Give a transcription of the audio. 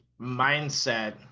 mindset